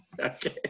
Okay